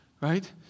Right